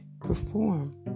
perform